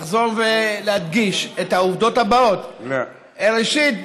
לחזור ולהדגיש את העובדות הבאות: ראשית,